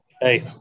Hey